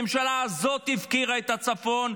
הממשלה הזאת הפקירה את הצפון,